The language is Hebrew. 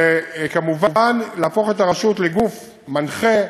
וכמובן להפוך את הרשות לגוף מנחה,